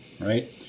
right